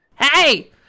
Hey